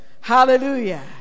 Hallelujah